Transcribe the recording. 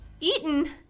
Eaten